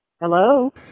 Hello